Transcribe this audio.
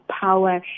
power